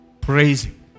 praising